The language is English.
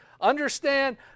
understand